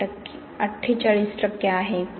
048 टक्के आहे